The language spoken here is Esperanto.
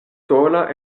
sola